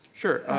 sure,